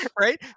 Right